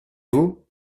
vous